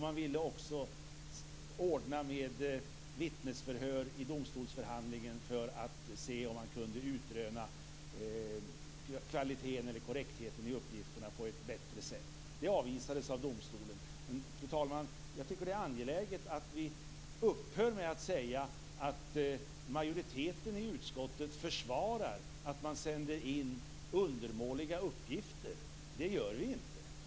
Man ville också ordna med vittnesförhör i domstolsförhandlingen för att se om man kunde utröna kvaliteten eller korrektheten i uppgifterna på ett bättre sätt. Det avvisades av domstolen. Fru talman! Jag tycker att det är angeläget att vi upphör med att säga att majoriteten i utskottet försvarar att man sänder in undermåliga uppgifter. Det gör vi inte.